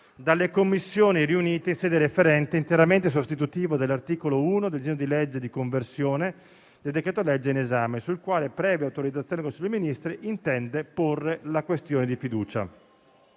dalle Commissioni riunite, interamente sostitutivo dell'articolo 1 del disegno di legge di conversione del decreto-legge in esame sul quale, previa autorizzazione del Consiglio dei ministri, intende porre la questione di fiducia.